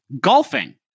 golfing